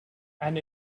and